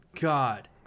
God